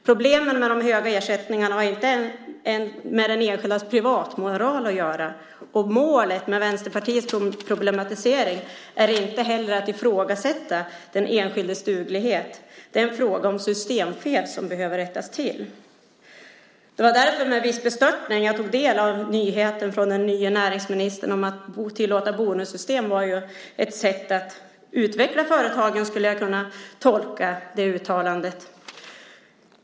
Problemen med de höga ersättningarna har inte med den enskildes privatmoral att göra, och målet för Vänsterpartiets problematisering är inte heller att ifrågasätta den enskildes duglighet. Det är en fråga om systemfel som behöver rättas till. Det var därför med viss bestörtning jag tog del av nyheten från den nya näringsministern. Att tillåta bonussystem var ett sätt att utveckla företagen, skulle jag kunna tolka det uttalandet.